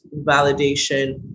validation